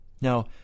Now